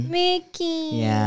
mickey